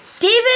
David